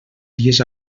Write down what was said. dies